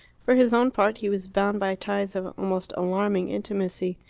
for his own part, he was bound by ties of almost alarming intimacy.